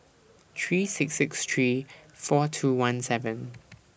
three six six three four two one seven